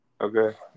Okay